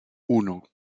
uno